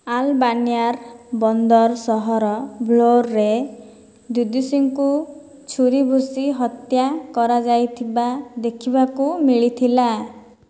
ଆଲବାନିଆର ବନ୍ଦର ସହର ଭ୍ଲୋର୍ରେ ଦୁଦୁଶିଙ୍କୁ ଛୁରୀ ଭୁସି ହତ୍ୟା କରାଯାଇଥିବା ଦେଖିବାକୁ ମିଳିଥିଲା